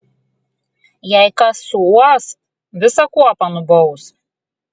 jei kas suuos visą kuopą nubaus